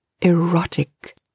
Erotic